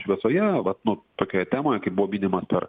šviesoje vat nu tokioje temoje kaip buvo minimas per